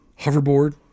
hoverboard